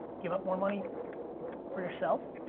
give up more money for yourself